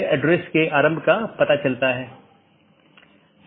एक BGP के अंदर कई नेटवर्क हो सकते हैं